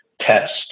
test